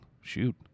shoot